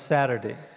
Saturday